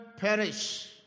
perish